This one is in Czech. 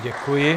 Děkuji.